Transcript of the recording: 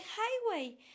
highway